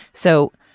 so